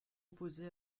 opposé